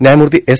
व्यायमूर्ती एस